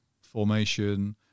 formation